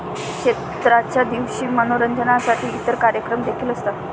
क्षेत्राच्या दिवशी मनोरंजनासाठी इतर कार्यक्रम देखील असतात